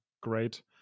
great